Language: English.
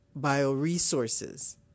Bioresources